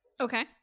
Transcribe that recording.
Okay